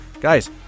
Guys